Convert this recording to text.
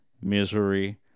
misery